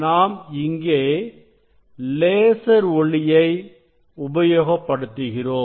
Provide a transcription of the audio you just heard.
நாம் இங்கே லேசர் ஒளியை உபயோகப்படுத்துகிறோம்